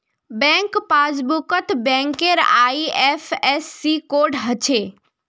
bank पासबुकत बैंकेर IFSC code हछे